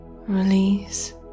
release